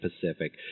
Pacific